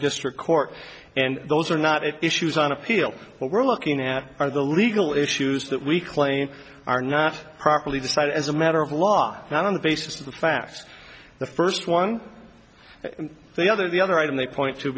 district court and those are not it issues on appeal what we're looking at are the legal issues that we claim are not properly decided as a matter of law not on the basis of the facts the first one the other the other item they point t